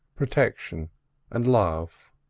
protection and love.